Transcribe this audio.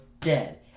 dead